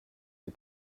des